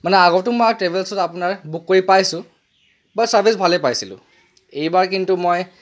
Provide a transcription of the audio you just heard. মানে আগতো মই ট্ৰেভেলছত আপোনাৰ বুক কৰি পাইছোঁ বাৰু ছাৰ্ভিচ ভালেই পাইছিলোঁ এইবাৰ কিন্তু মই